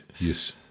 yes